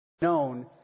known